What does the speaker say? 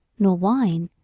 nor whine,